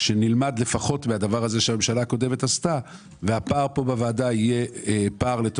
שנלמד לפחות מן הדבר שהממשלה הקודמת עשתה ושהפער בוועדה לטובת